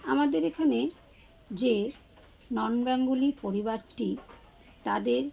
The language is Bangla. আমাদের এখানে যে নন বেঙ্গলি পরিবারটি তাদের